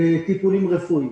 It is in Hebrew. טיפולים רפואיים